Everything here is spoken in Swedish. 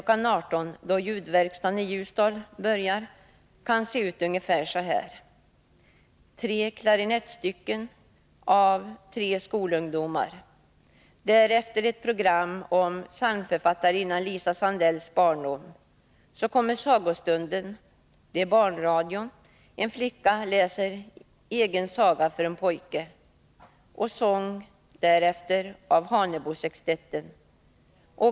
18.00, då Ljudverkstad i Ljusdal börjar, kan se ut ungefär så här: Tre klarinettstycken av tre skolungdomar, därefter ett program om psalmförfattarinnan Lina Sandells barndom. Så kommer barnradion med sagostund. En flicka läser egen saga för en pojke. Därefter sång av Hanebosextetten.